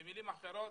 במילים אחרות,